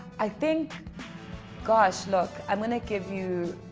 i think gosh look i'm gonna give you